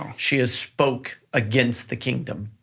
um she has spoke against the kingdom.